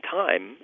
time